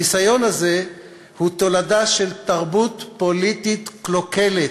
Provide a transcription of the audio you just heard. הניסיון הזה הוא תולדה של תרבות פוליטית קלוקלת,